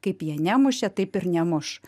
kaip jie nemušė taip ir nemuš